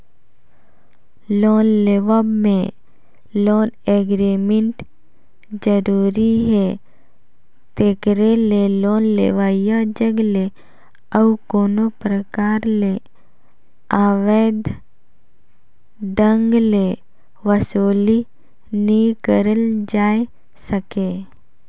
loan लेवब में loan agreement जरूरी हे तेकरे ले लोन लेवइया जग ले अउ कोनो परकार ले अवैध ढंग ले बसूली नी करल जाए सके